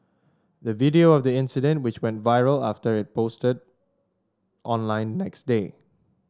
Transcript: the video of the incident which went viral after it posted online next day